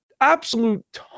absolute